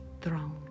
throne